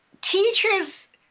teachers